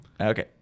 Okay